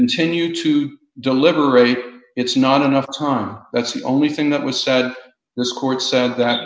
insane you too deliberate it's not enough time that's the only thing that was said this court said that